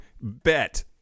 bet